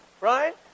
Right